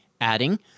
adding